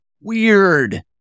weird